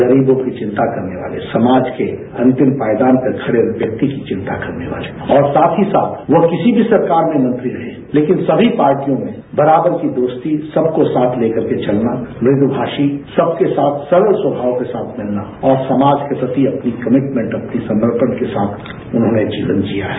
गरीबों की चिंता करने वाले समाज के अंतिम पायदान पर खड़े व्यक्ति की चिंता करने वाले और साथ ही साथ वह किसी भी सरकार में मंत्री रहे लेकिन सभी पार्टियों में बराबर की दोस्ती सबको साथ लेकर के चलना मृदुभाषी सबके साथ सरल स्वभाव के साथ मिलना और समाज के प्रति अपनी कमिटमेंट अपने समर्पण के साथ उन्होंने जीवन जिया है